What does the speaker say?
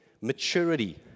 maturity